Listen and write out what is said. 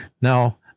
Now